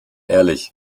ehrlich